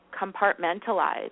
compartmentalized